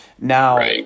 Now